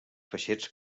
peixets